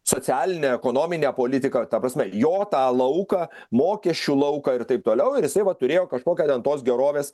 socialinę ekonominę politiką ta prasme jo tą lauką mokesčių lauką ir taip toliau ir jisai va turėjo kažkokią ten tos gerovės